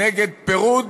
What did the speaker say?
נגד פירוד,